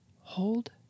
hold